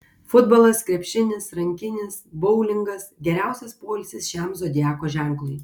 futbolas krepšinis rankinis boulingas geriausias poilsis šiam zodiako ženklui